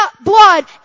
blood